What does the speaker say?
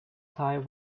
tie